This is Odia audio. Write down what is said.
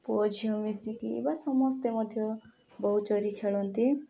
ପୁଅ ଝିଅ ମିଶିକି ବା ସମସ୍ତେ ମଧ୍ୟ ବୋହୁ ଚୋରି ଖେଳନ୍ତି